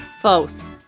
false